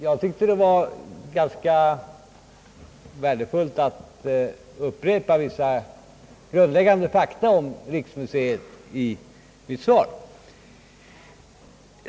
Jag tyckte det var ganska värdefullt att upprepa vissa grundläggande fakta om riksmuseet i mitt svar.